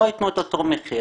לא ייתנו את אותו מחיר.